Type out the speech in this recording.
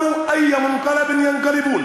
עוד יֵדעו בני העוולה לאן סופם להגיע).